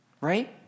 Right